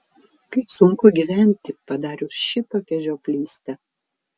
kaip sunku gyventi padarius šitokią žioplystę